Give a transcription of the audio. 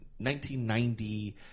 1990